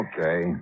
Okay